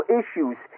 issues